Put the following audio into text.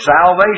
salvation